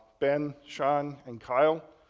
ben, sean, and kyle.